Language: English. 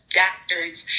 doctor's